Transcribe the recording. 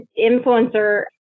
influencer